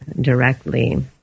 directly